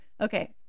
Okay